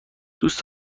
دوست